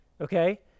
okay